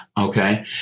Okay